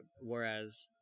whereas